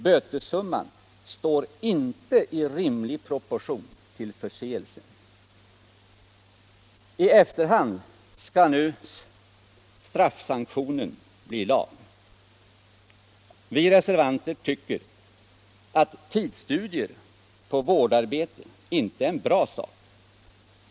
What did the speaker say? Bötessumman står inte i rimlig proportion till förseelsen. I efterhand skall nu straffsanktionen bli lag. Vi reservanter anser inte att tidsstudier på vårdarbete är någon bra sak.